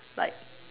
like